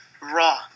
Raw